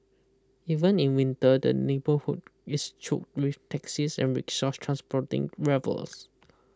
even in winter the neighbourhood is choked with taxis and rickshaws transporting revellers